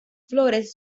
flores